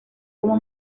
como